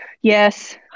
Yes